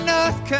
North